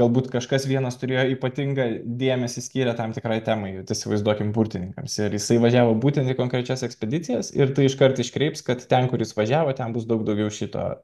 galbūt kažkas vienas turėjo ypatingą dėmesį skyrė tam tikrai temai įsivaizduokim burtininkams ir jisai važiavo būtent į konkrečias ekspedicijas ir tai iškart iškreips kad ten kur jis važiavo ten bus daug daugiau šito